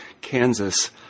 Kansas